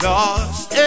Lost